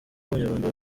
abanyarwanda